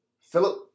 Philip